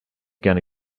gonna